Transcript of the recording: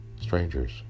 strangers